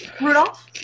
Rudolph